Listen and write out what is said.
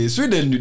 Sweden